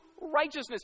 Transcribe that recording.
righteousness